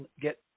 get